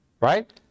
right